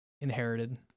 inherited